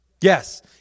Yes